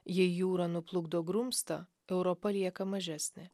jai jūra nuplukdo grumstą europa lieka mažesnė